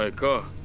ah car